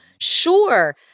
Sure